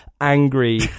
angry